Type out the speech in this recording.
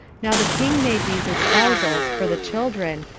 now the king made these espousals for the children,